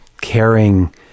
caring